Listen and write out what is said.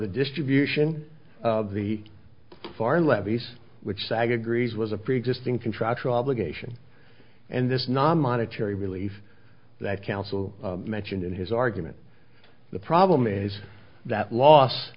the distribution of the foreign levies which sag agrees was a preexisting contractual obligation and this non monetary relief that counsel mentioned in his argument the problem is that loss